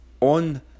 on